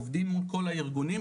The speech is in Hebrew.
עובדים מול כל הארגונים,